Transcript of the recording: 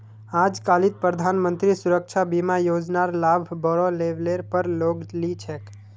आजकालित प्रधानमंत्री सुरक्षा बीमा योजनार लाभ बोरो लेवलेर पर लोग ली छेक